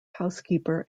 housekeeper